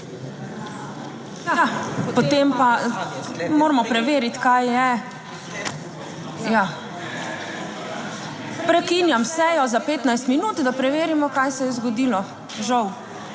potem pa moramo preveriti, kaj je. Prekinjam sejo za 15 minut, da preverimo, kaj se je zgodilo. Žal,